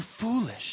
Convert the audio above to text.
foolish